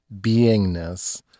beingness